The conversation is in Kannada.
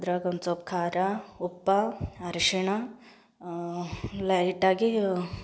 ಅದ್ರಾಗೊಂದು ಸಲ್ಪ ಖಾರ ಉಪ್ಪು ಅರಶಿಣ ಲೈಟಾಗಿ